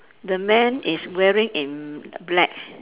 the man is wearing in black